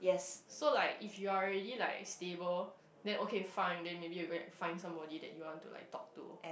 so like if you are already like stable then okay fine then maybe you go and find somebody that you want to like talk to